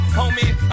homie